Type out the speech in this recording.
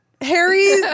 Harry